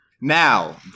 Now